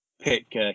pick